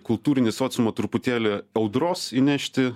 kultūrinį sociumą truputėlį audros įnešti